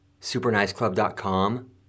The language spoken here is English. superniceclub.com